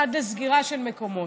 עד לסגירה של מקומות.